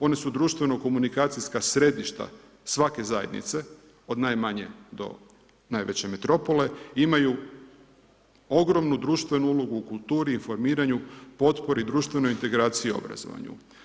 One su društveno komunikacijska središta svake zajednice, od najmanje do najveće metropole i imaju ogromnu društvenu ulogu u kulturi, informiranju, potpori, društvenoj integraciji i obrazovanju.